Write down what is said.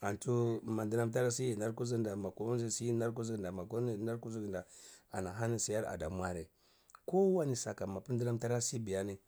antu ma dnam tara si yi nar kuzugunda makuma zsi yi nar kuzugunda makuma yi nar kazugunda ena hani siyar ada mwari kowani saka mapr dnam tarasi biyani.